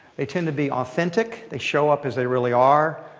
they tend to be authentic. they show up as they really are.